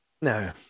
No